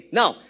now